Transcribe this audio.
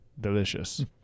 delicious